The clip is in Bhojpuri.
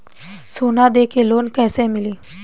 सोना दे के लोन कैसे मिली?